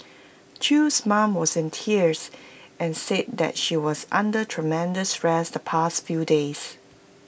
chew's mom was in tears and said that she was under tremendous stress the past few days